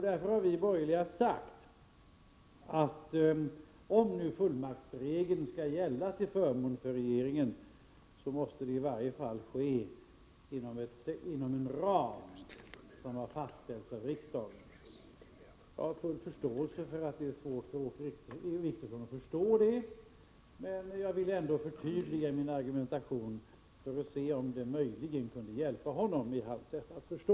Därför har vi borgerliga sagt 6 att om nu fullmaktsregeln skall gälla till förmån för regeringen så måste det i funanskajag varje fall ske inom en ram som har fastställts av riksdagen. Jag har full förståelse för att det är svårt för Åke Wictorsson att förstå det, men jag vill ändå förtydliga min argumentation för att se om det möjligen kunde hjälpa honom att förstå.